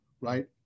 right